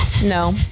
No